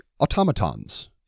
automatons